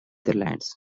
netherlands